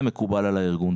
מקובל על הארגון.